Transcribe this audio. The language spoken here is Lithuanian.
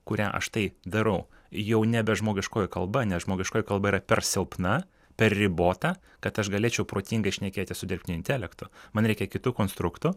kurią aš tai darau jau nebežmogiškoji kalba nes žmogiškoji kalba yra per silpna per ribota kad aš galėčiau protingai šnekėtis su dirbtiniu intelektu man reikia kitų konstruktų